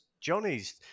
Johnny's